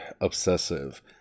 obsessive